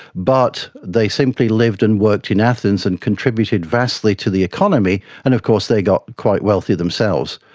but they simply lived and worked in athens and contributed vastly to the economy. and of course they got quite wealthy themselves.